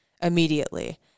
immediately